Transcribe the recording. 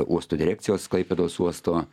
uosto direkcijos klaipėdos uosto